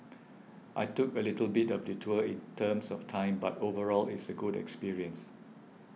I took a little bit of detour in terms of time but overall it's a good experience